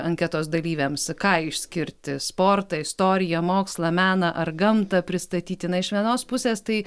anketos dalyviams ką išskirti sportą istoriją mokslą meną ar gamtą pristatyti na iš vienos pusės tai